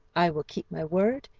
i will keep my word,